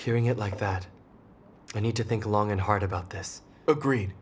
hearing it like that we need to think long and hard about this agree